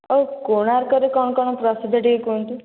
ଆଉ କୋଣାର୍କରେ କ'ଣ କ'ଣ ପ୍ରସିଦ୍ଧ ଟିକିଏ କୁହନ୍ତୁ